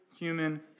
Human